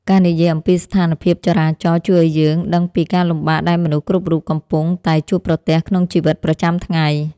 ការនិយាយអំពីស្ថានភាពចរាចរណ៍ជួយឱ្យយើងដឹងពីការលំបាកដែលមនុស្សគ្រប់រូបកំពុងតែជួបប្រទះក្នុងជីវិតប្រចាំថ្ងៃ។